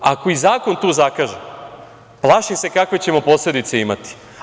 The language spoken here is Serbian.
Ako i zakon tu zakaže, plašim se kakve ćemo posledice imati.